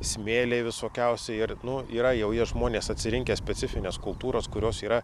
smėliai visokiausi ir nu yra jau ir žmonės atsirinkę specifines kultūras kurios yra